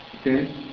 Okay